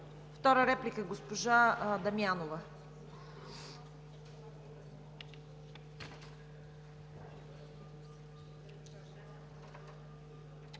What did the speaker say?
Втора реплика – госпожа Дамянова.